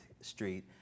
Street